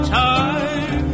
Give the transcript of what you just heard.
time